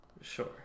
Sure